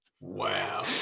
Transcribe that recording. Wow